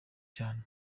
cyane